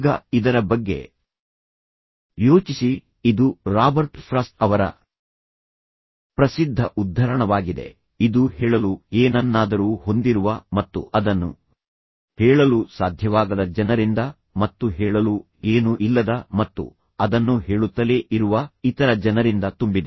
ಈಗ ಇದರ ಬಗ್ಗೆ ಯೋಚಿಸಿ ಇದು ರಾಬರ್ಟ್ ಫ್ರಾಸ್ಟ್ ಅವರ ಪ್ರಸಿದ್ಧ ಉದ್ಧರಣವಾಗಿದೆ ಇದು ಹೇಳಲು ಏನನ್ನಾದರೂ ಹೊಂದಿರುವ ಮತ್ತು ಅದನ್ನು ಹೇಳಲು ಸಾಧ್ಯವಾಗದ ಜನರಿಂದ ಮತ್ತು ಹೇಳಲು ಏನೂ ಇಲ್ಲದ ಮತ್ತು ಅದನ್ನು ಹೇಳುತ್ತಲೇ ಇರುವ ಇತರ ಜನರಿಂದ ತುಂಬಿದೆ